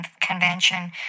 convention